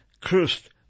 cursed